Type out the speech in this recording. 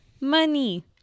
money